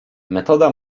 metoda